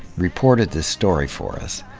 reported this story for us.